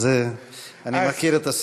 אז אני מכיר את הסיפור.